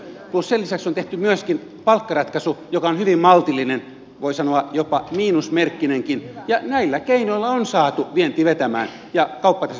kun sen lisäksi on tehty myöskin palkkaratkaisu joka on hyvin maltillinen voi sanoa jopa miinusmerkkinenkin näillä keinoilla on saatu vienti vetämään ja kauppatase positiiviseksi